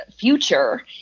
future